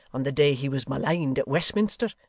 on the day he was maligned at westminster.